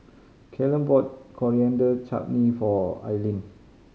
Callum bought Coriander Chutney for Ailene